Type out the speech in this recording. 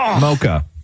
Mocha